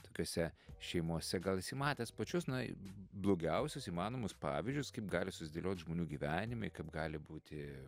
tokiose šeimose gal esi matęs pačius na blogiausius įmanomus pavyzdžius kaip gali susidėliot žmonių gyvenimai kaip gali būti